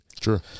Sure